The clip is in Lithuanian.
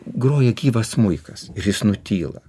groja gyva smuikas ir jis nutyla